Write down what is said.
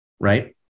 Right